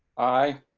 aye,